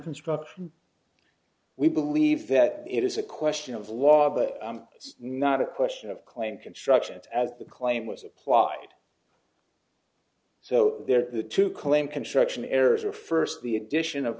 construction we believe that it is a question of law that it's not a question of claim constructions as the claim was applied so there the two claim construction errors are first the addition of